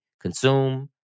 consume